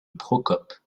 procope